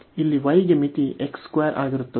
ಇಲ್ಲಿ y ಗೆ ಮಿತಿ x 2 ಆಗಿರುತ್ತದೆ